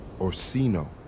Orsino